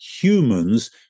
humans